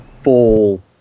full